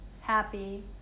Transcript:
happy